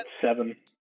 seven